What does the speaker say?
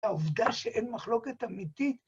העובדה שאין מחלוקת אמיתית.